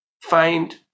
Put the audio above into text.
find